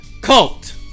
cult